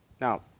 Now